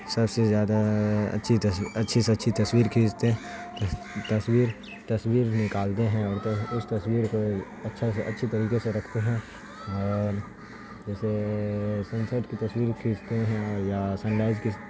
سب سے زیادہ اچھی تص اچھی سے اچھی تصویر کھینچتے تصویر تصویر نکالتے ہیں اور اس تصویر کو اچھا سے اچھی طریقے سے رکھتے ہیں اور جیسے سن سیٹ کی تصویر کھینچتے ہیں یا سن رائز کی